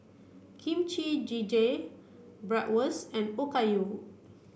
Kimchi Jjigae Bratwurst and Okayu